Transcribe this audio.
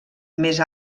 més